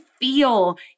feel